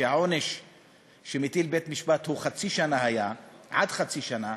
שהעונש שבית-המשפט מטיל היה עד חצי שנה,